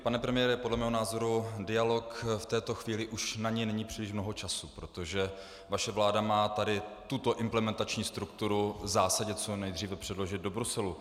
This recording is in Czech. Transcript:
Pane premiére, podle mého názoru na dialog v této chvíli už není příliš mnoho času, protože vaše vláda má tady tuto implementační strukturu v zásadě co nejdříve předložit do Bruselu.